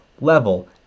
level